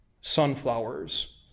sunflowers